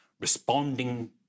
responding